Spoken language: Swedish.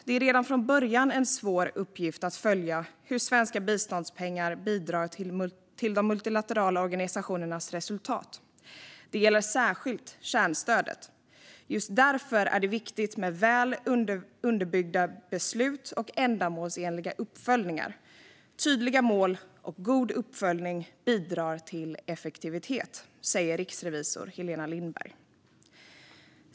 "Det är redan från början en svår uppgift att följa hur svenska biståndspengar bidrar till de multilaterala organisationernas resultat. Det gäller särskilt kärnstödet. Just därför är det viktigt med väl underbyggda beslut och ändamålsenliga uppföljningar. Tydliga mål och god uppföljning bidrar till effektivitet." Detta säger riksrevisor Helena Lindberg.